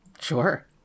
Sure